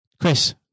Chris